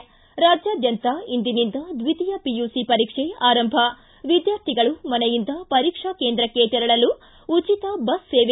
ಿ ರಾಜ್ಯಾದ್ಯಂತ ಇಂದಿನಿಂದ ದ್ವಿತೀಯ ಪಿಯುಸಿ ಪರೀಕ್ಷೆ ಆರಂಭ ವಿದ್ಯಾರ್ಥಿಗಳು ಮನೆಯಿಂದ ಪರೀಕ್ಷಾ ಕೇಂದ್ರಕ್ಷೆ ತೆರಳಲು ಉಚಿತ ಬಸ್ ಸೇವೆ